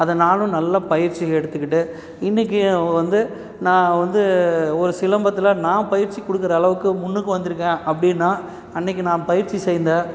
அதை நானும் நல்லா பயிற்சி எடுத்துக்கிட்டு இன்றைக்கி வந்து நான் வந்து ஒரு சிலம்பத்தில் நான் பயிற்சி கொடுக்குற அளவுக்கு முன்னுக்கு வந்துருக்கேன் அப்படின்னா அன்றைக்கி நான் பயிற்சி செய்த